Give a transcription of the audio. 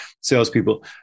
salespeople